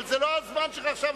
אבל זה לא הזמן שלך עכשיו,